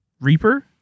Reaper